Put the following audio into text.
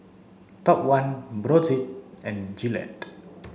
Top One Brotzeit and Gillette